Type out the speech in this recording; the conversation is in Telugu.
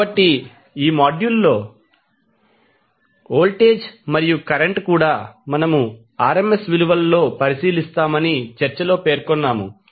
కాబట్టి ఈ మాడ్యూల్లో వోల్టేజ్ మరియు కరెంట్ కూడా మనము RMS విలువలలో పరిశీలిస్తామని చర్చలో పేర్కొన్నాము